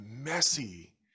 messy